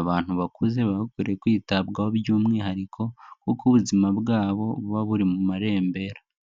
Abantu bakuze baba bakwiriye kwitabwaho by'umwihariko, kuko ubuzima bwabo buba buri mu marembera.